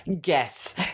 guess